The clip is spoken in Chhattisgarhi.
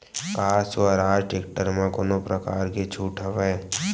का स्वराज टेक्टर म कोनो प्रकार के छूट हवय?